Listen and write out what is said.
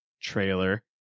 trailer